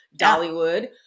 Dollywood